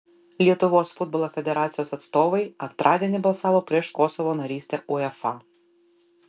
lietuvos futbolo federacijos atstovai antradienį balsavo prieš kosovo narystę uefa